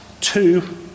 Two